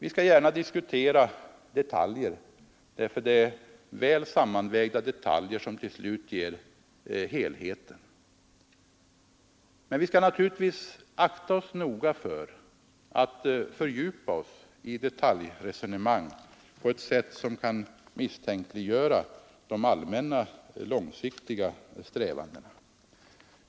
Vi skall gärna diskutera detaljer, ty det är väl sammanvägda detaljer som till slut ger helheten. Men vi skall naturligtvis akta oss noga för att fördjupa oss i detaljresonemang på ett sätt som kan misstänkliggöra de allmänna, långsiktiga strävandena.